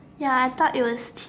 ya I thought it was